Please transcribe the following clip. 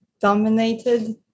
dominated